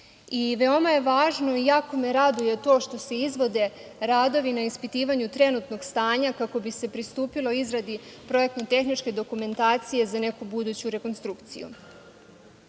Veoma je važno i jako me raduje to što se izvode radovi na ispitivanju trenutnog stanja kako bi se pristupilo izradi projektno-tehničke dokumentacije za neku buduću rekonstrukciju. Brojimo